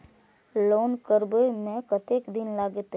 Loan करबे में कतेक दिन लागते?